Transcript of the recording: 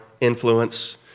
influence